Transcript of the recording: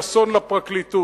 היא אסון לפרקליטות.